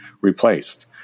replaced